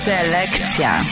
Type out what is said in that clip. Selekcja